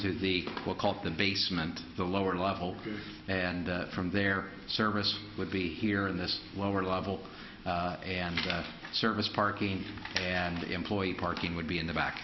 into the what called the basement the lower level and from there service would be here in this lower level and service parking and employed parking would be in the back